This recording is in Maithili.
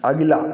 अगिला